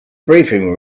briefing